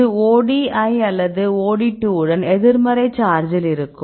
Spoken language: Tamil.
இது OD1 அல்லது OD2 உடன் எதிர்மறை சார்ஜில் இருக்கும்